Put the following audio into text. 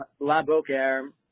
laboker